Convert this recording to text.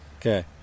Okay